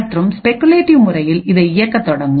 மற்றும் ஸ்பெகுலேட்டிவ் முறையில் இதை இயக்கத் தொடங்கும்